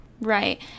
Right